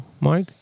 Mark